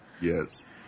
Yes